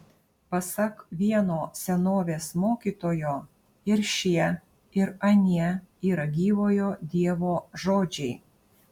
pasak vieno senovės mokytojo ir šie ir anie yra gyvojo dievo žodžiai